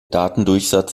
datendurchsatz